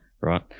right